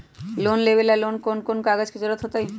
Loan लेवेला कौन कौन कागज के जरूरत होतई?